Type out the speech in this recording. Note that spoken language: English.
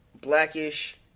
Blackish